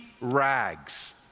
rags